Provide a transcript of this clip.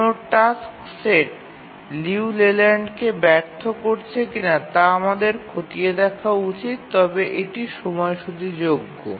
কোনও task set লিউ লেল্যান্ডকে ব্যর্থ করেছে কিনা তা আমাদের খতিয়ে দেখা উচিত তবে এটি সময়সূচীযোগ্য